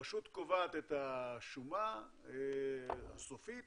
הרשות קובעת את השומה הסופית